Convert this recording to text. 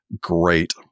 great